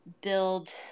build